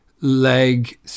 leg